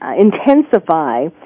intensify